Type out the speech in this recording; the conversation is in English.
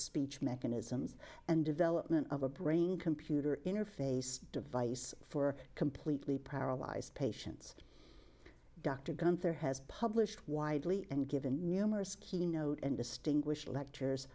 speech mechanisms and development of a brain computer interface device for completely paralyzed patients dr gunther has published widely and given numerous keynote and distinguished lectures